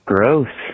Gross